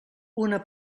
una